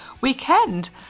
weekend